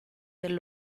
del